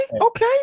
okay